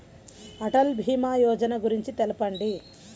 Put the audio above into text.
అటల్ భీమా యోజన గురించి తెలుపండి?